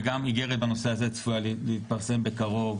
וגם איגרת בנושא הזה צפויה להתפרסם בקרוב,